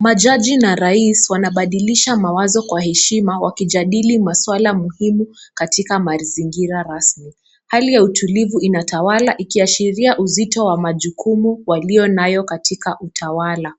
Majaji na rais wanabadilisha mawazo kwa heshima wakijadili masuala muhimu katika mazingira rasmi. Hali ya utulivu inatawala ikiashiria uzito wa majukumu walio nayo katika utawala.